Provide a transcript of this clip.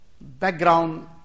background